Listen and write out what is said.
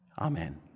amen